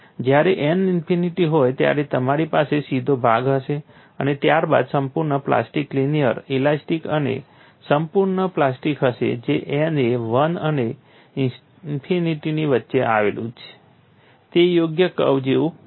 જ્યારે n infinity હોય ત્યારે તમારી પાસે સીધો ભાગ હશે અને ત્યારબાદ સંપૂર્ણ પ્લાસ્ટિક લિનિયર ઇલાસ્ટિક અને સંપૂર્ણ પ્લાસ્ટિક હશે જે n એ 1 અને ઇન્ફિનિટીની વચ્ચે આવેલું છે તે યોગ્ય કર્વ જેવું હશે